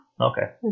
Okay